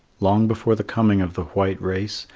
long before the coming of the white race,